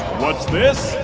what's this,